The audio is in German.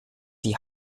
die